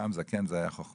פעם זקן זה היה חוכמה.